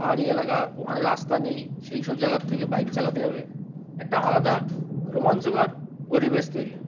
পাহাড়ি এলাকা ওখানে রাস্তা নেই সেই সব জায়গার থেকে বাইক চালাতে হবে একটা আলাদা রোমাঞ্চকর পরিবেশ তৈরি হয়